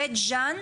בית-ג'ן,